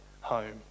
home